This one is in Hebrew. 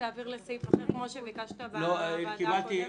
לסעיף אחר כמו שביקשת בוועדת הקודמת?